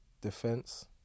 defense